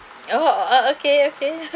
oh oh okay okay